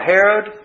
Herod